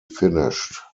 finished